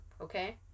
okay